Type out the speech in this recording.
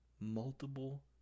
Multiple